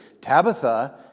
Tabitha